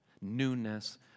Newness